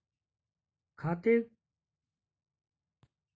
खाते का balance check करने के लिए कोई टॉल फ्री नम्बर भी है यदि हाँ तो मिल सकता है?